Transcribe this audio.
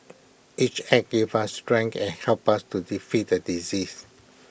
each act gave us strength and helped us to defeat the disease